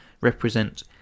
represent